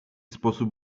sposób